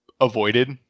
avoided